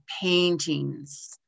paintings